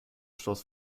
schloss